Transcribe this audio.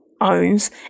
owns